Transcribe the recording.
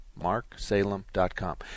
marksalem.com